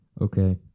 Okay